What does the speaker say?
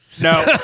No